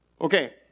Okay